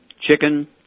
chicken